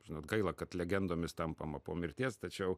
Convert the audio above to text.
žinot gaila kad legendomis tampama po mirties tačiau